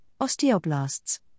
osteoblasts